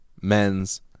men's